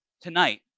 tonight